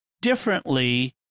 differently